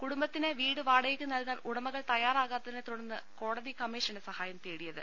കൂടുംബത്തിന് വീട് വാടകയ്ക്ക് നൽകാൻ ഉടമകൾ തയാ റാകാത്തതിനെ തുടർന്നാണ് കോടതി കമ്മീഷന്റെ സഹായം തേടി യത്